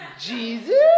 Jesus